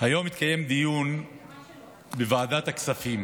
היום התקיים דיון בוועדת הכספים